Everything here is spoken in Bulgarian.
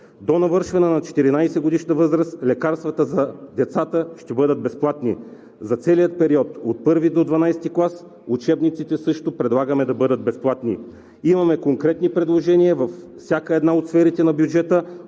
До навършване на 14-годишна възраст лекарствата за децата ще бъдат безплатни, за целия период – от I до XII клас, учебниците също предлагаме да бъдат безплатни. Имаме конкретни предложения във всяка една от сферите на бюджета,